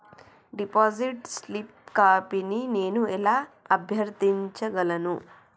Deposit slip కాపీని నేను ఎలా అభ్యర్థించగలను?